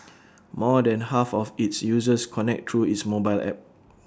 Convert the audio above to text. more than half of its users connect through its mobile app